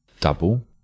Double